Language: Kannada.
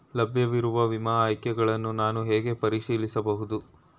ಲಭ್ಯವಿರುವ ವಿಮಾ ಆಯ್ಕೆಗಳನ್ನು ನಾನು ಹೇಗೆ ಪರಿಶೀಲಿಸಬಹುದು?